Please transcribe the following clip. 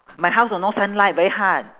my house got no sunlight very hard